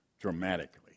dramatically